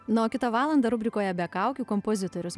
na o kitą valandą rubrikoje be kaukių kompozitorius